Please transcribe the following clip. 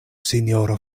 sinjoro